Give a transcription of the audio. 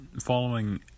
following